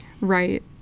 Right